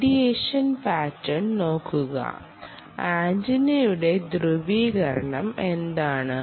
radiation pattern നോക്കുക ആന്റിനയുടെ ധ്രുവീകരണം എന്താണ്